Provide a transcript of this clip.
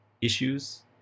issues